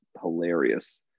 hilarious